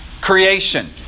creation